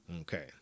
Okay